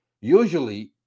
usually